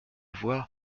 voix